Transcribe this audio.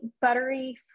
buttery